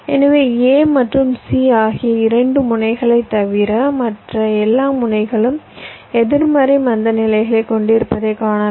எனவே a மற்றும் c ஆகிய 2 முனைகளைத் தவிர மற்ற எல்லா முனைகளும் எதிர்மறை மந்தநிலைகளைக் கொண்டிருப்பதை காணலாம்